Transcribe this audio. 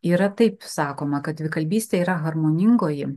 yra taip sakoma kad dvikalbystė yra harmoningoji